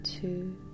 two